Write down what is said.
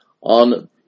on